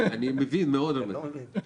אני מבין מאוד רמזים,